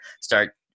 start